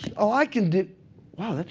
ah i can do wow,